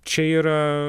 čia yra